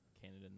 Canada